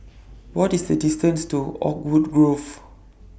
What IS The distance to Oakwood Grove